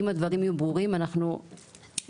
אם הדברים יהיו ברורים אנחנו צריכים